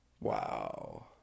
Wow